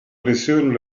pressione